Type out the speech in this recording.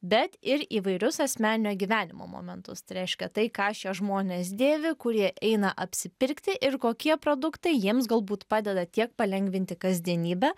bet ir įvairius asmeninio gyvenimo momentus tai reiškia tai ką šie žmonės dėvi kur jie eina apsipirkti ir kokie produktai jiems galbūt padeda tiek palengvinti kasdienybę